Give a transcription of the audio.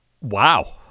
Wow